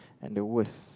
and the worst